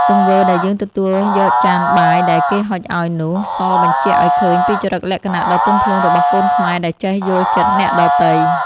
ទង្វើដែលយើងទទួលយកចានបាយដែលគេហុចឱ្យនោះ សបញ្ជាក់ឱ្យឃើញពីចរិតលក្ខណៈដ៏ទន់ភ្លន់របស់កូនខ្មែរដែលចេះយល់ចិត្តអ្នកដទៃ។